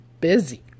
busy